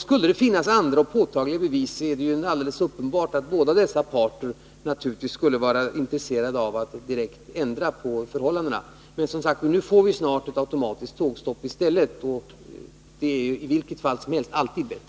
Skulle det finnas påtagliga bevis för något annat är det alldeles uppenbart att båda dessa 37 parter skulle vara intresserade av att ändra förhållandena. Men nu får vi, som sagt, snart ett automatiskt tågstopp. Det är i vilket fall som helst alltid bättre.